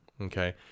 okay